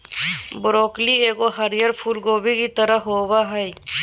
broccoli एगो हरीयर फूल कोबी के तरह होबो हइ